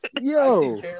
Yo